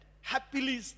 happily